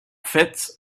fit